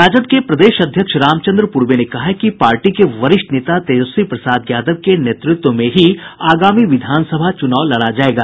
राजद के प्रदेश अध्यक्ष रामचंद्र पूर्वे ने कहा है कि पार्टी के वरिष्ठ नेता तेजस्वी प्रसाद यादव के नेतृत्व में ही आगामी विधान सभा चूनाव लड़ा जायेगा